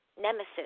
nemesis